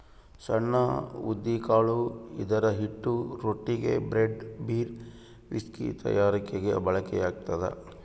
ಸಣ್ಣ ಗೋಧಿಕಾಳು ಇದರಹಿಟ್ಟು ರೊಟ್ಟಿಗೆ, ಬ್ರೆಡ್, ಬೀರ್, ವಿಸ್ಕಿ ತಯಾರಿಕೆಗೆ ಬಳಕೆಯಾಗ್ತದ